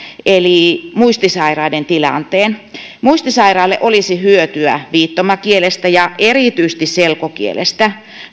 eli muistisairaiden tilanteen muistisairaalle olisi hyötyä viittomakielestä ja erityisesti selkokielestä